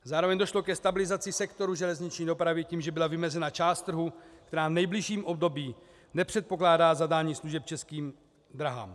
Zároveň došlo ke stabilizaci sektoru železniční dopravy tím, že byla vymezena část trhu, která v nejbližším období nepředpokládá zadání služeb Českým dráhám.